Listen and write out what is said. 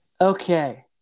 Okay